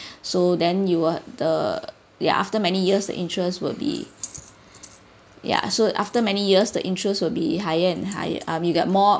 so then you are the ya after many years the interest will be ya so after many years the interest will be higher and higher ah you get more